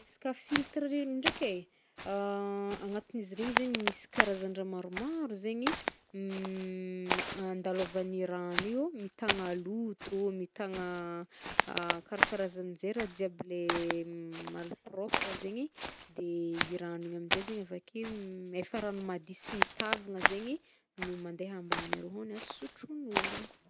Resaka filtre regny ndraiky e, agnatin'izy regny zegny misy karazandraha maromaro zegny, andalovan'i rano io mitagna loto, mitagna karakarazan'ze raha jiaby le mal propre zegny de i rano igny amzay zegny avake efa rano mady sy mitavagna zegny no mandeha ambany aro hôgna sotroin'olo.